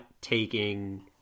taking